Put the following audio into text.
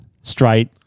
straight